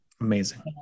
Amazing